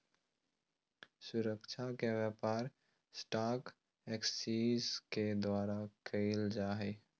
सुरक्षा के व्यापार स्टाक एक्सचेंज के द्वारा क़इल जा हइ